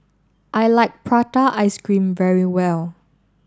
I like Prata Ice Cream very much